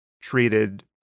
treated